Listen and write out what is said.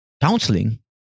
counseling